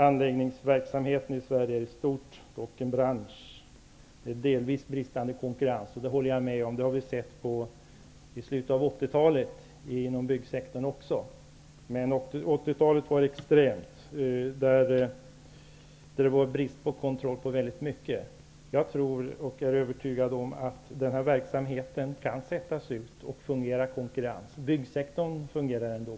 Anläggningsverksamheten är i Sverige i stort sett en bransch med delvis bristande konkurrens, säger man, och det håller jag med om; det har vi sett också inom byggsektorn i slutet av 80-talet. Men 80 talet var extremt med brist på kontroll på väldigt mycket. Jag är övertygad om att den här verksamheten kan sättas ut och fungera i konkurrens. Byggsektorn fungerar ändå.